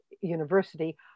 university